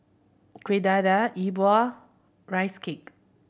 Kueh Dadar E Bua rice cake